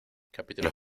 capítulos